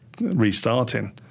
restarting